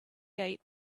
eight